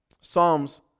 Psalms